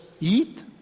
eat